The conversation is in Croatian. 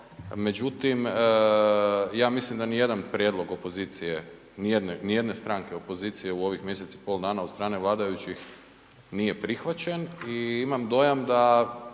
Međutim, ja mislim da nijedan prijedlog opozicije, nijedne, nijedne stranke opozicije u ovih mjesec i pol dana od strane vladajućih nije prihvaćen i imam dojam da